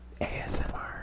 ASMR